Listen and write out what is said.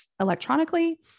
electronically